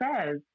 says